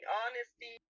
honesty